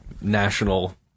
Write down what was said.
national